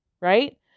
right